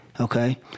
Okay